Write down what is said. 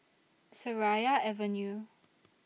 Seraya Avenue